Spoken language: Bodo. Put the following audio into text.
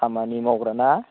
खामानि मावग्राना